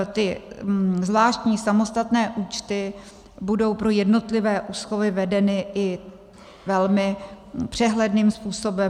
Ty zvláštní samostatné účty budou pro jednotlivé úschovy vedeny i velmi přehledným způsobem.